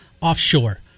offshore